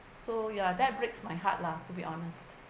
so ya that breaks my heart lah to be honest